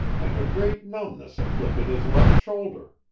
and a great numbness afflicted his left shoulder.